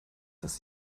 dass